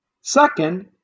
second